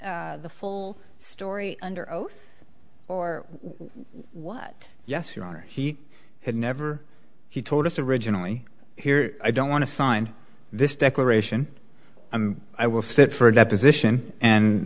the full story under oath or what yes your honor he had never he told us originally here i don't want to sign this declaration i will sit for a deposition and